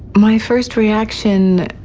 my first reaction,